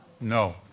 No